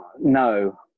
No